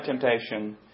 temptation